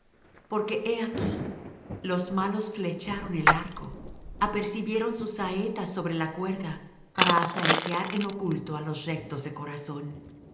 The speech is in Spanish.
porque he aquí los malos flecharon el arco apercibieron sus saetas sobre la cuerda para asaetear en oculto á los rectos de corazón